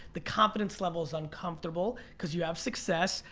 the confidence level is uncomfortable, cause you have success,